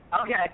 Okay